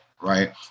right